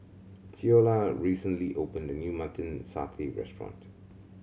Ceola recently opened a new Mutton Satay restaurant